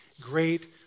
Great